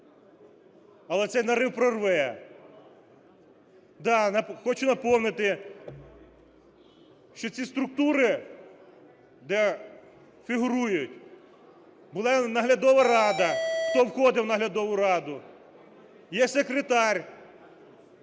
але цей нарив прорве. Да, хочу напомнити, що ці структури, де фігурують, була наглядова рада, хто входив у наглядову раду. Є Секретар